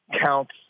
counts